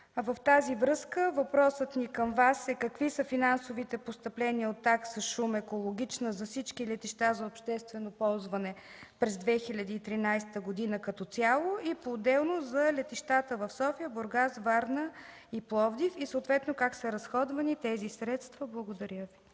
В тази връзка въпросът ми към Вас е: какви са финансовите постъпления от такса шум (екологична) за всички летища за обществено ползване през 2013 г. като цяло и по отделно за летищата в София, Бургас, Варна и Пловдив, и съответно как са разходвани тези средства? Благодаря Ви.